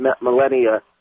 millennia